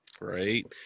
Right